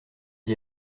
d’y